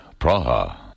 Praha